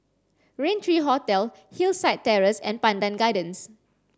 Raintree Hotel Hillside Terrace and Pandan Gardens